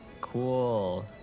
Cool